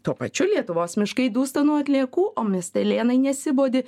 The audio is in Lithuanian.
tuo pačiu lietuvos miškai dūsta nuo atliekų o miestelėnai nesibodi